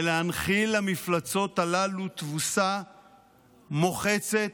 ולהנחיל למפלצות הללו תבוסה מוחצת,